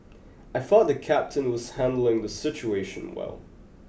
I thought the captain was handling the situation well